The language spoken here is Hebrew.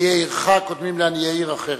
עניי עירך קודמים לעניי עיר אחרת,